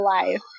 life